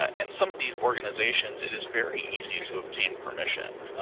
and some of these organizations, it is very easy to obtain permission.